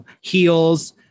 Heels